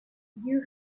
you